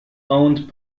owned